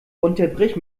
unterbrich